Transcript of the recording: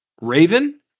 Raven